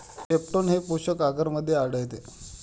peptone हे पोषक आगरमध्ये आढळते